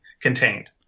contained